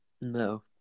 No